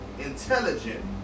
intelligent